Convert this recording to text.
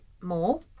more